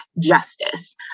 justice